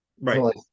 Right